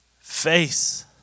face